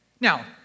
Now